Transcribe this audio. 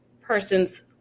person's